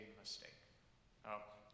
mistake